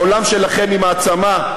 בעולם שלכם היא מעצמה,